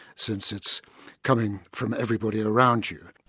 since it's coming from everybody around you.